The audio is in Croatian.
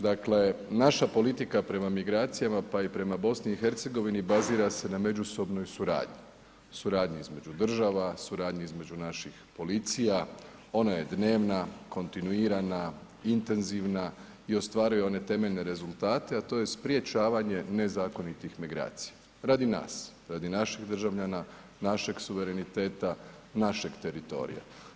Dakle, naša politika prema migracijama pa i prema BiH bazira se na međusobnoj suradnji, suradnji između država, suradnji između naših policija, ona je dnevna, kontinuirana, intenzivna i ostvaruje one temeljne rezultate, a to je sprječavanje nezakonitih migracija, radi nas, radi naših državljana, našeg suvereniteta, našeg teritorija.